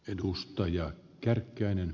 edustajia kärkkäinen